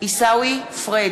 פריג'